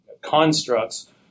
constructs